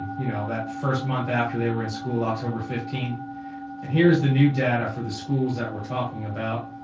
you know that first month after they were in school october fifteen. and here's the new data for the schools that we're talking about.